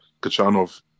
Kachanov